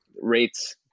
rates